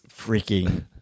freaking